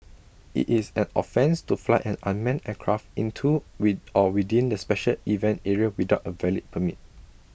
IT is an offence to fly an unmanned aircraft into with or within the special event area without A valid permit